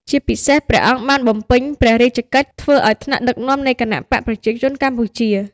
ជាពិសេសព្រះអង្គបាន បំពេញព្រះរាជកិច្ចធ្វើឱ្យថ្នាក់ដឹកនាំ នៃគណបក្សប្រជាជនកម្ពុជា។